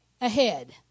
ahead